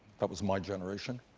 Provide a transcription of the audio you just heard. that was my generation,